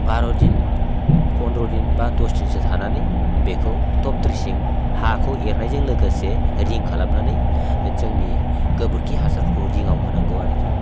बार'दिन पन्द्र'दिन बा दसदिनसो थानानै बेखौ टप ड्रेसिं हाखौ एरनायजों लोगोसे रिं खालामनानै जोंनि गोबोरखि हासारफोरखौ रिङाव होनांगौ आरोकि